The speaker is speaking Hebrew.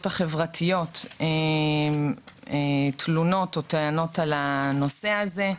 החברתיות תלונות או טענות על הנושא הזה.